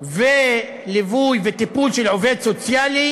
וליווי וטיפול של עובד סוציאלי